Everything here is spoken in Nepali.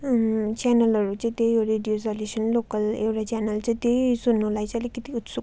च्यानलहरू चाहिँ त्यही हो रेडियो सलेसियन लोकल एउटा च्यानल चाहिँ त्यही सुन्नुलाई चाहिँ अलिकिति उत्सुक